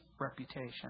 reputation